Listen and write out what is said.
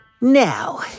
Now